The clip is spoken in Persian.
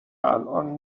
الان